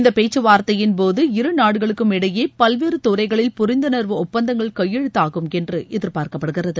இந்தப் பேச்சு வார்த்தையின் போது இரு நாடுகளுக்குமிடையே பல்வேறு துறைகளில் புரிந்துணர்வு ஒப்பந்தங்கள் கையெழுத்தாகும் என்று எதிர்பார்க்கப்படுகிறது